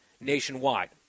nationwide